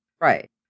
right